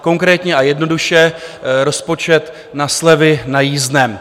Konkrétně a jednoduše, rozpočet na slevy na jízdném.